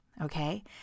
okay